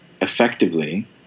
effectively